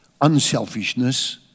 unselfishness